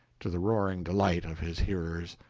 to the roaring delight of his hearers,